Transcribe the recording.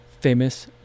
famous